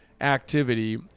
activity